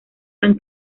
han